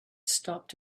stopped